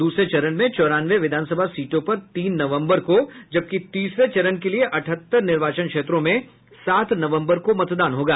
द्रसरे चरण में चौरानवे विधानसभा सीटों पर तीन नवम्बर को जबकि तीसरे चरण के लिए अठहत्तर निर्वाचन क्षेत्रों में सात नवम्बर को मतदान होगा